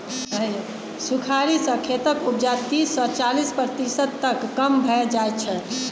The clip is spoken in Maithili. सुखाड़ि सँ खेतक उपजा तीस सँ चालीस प्रतिशत तक कम भए जाइ छै